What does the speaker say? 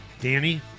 Danny